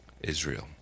Israel